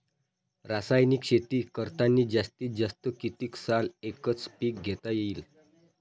रासायनिक शेती करतांनी जास्तीत जास्त कितीक साल एकच एक पीक घेता येईन?